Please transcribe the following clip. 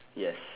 yes